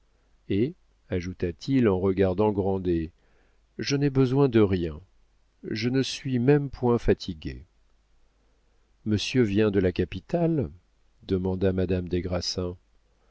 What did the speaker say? et ajouta-t-il en regardant grandet je n'ai besoin de rien je ne suis même point fatigué monsieur vient de la capitale demanda madame des grassins